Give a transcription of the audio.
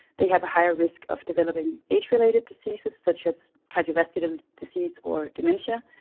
they have a higher risk of developing age-related diseases such as cardiovascular disease or dementia,